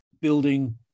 building